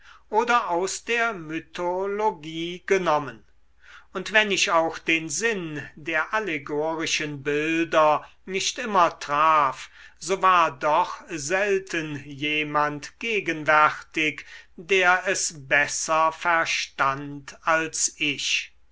oder aus der mythologie genommen und wenn ich auch den sinn der allegorischen bilder nicht immer traf so war doch selten jemand gegenwärtig der es besser verstand als ich